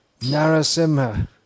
Narasimha